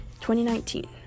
2019